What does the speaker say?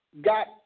got